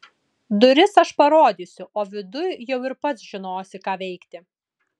duris aš parodysiu o viduj jau ir pats žinosi ką veikti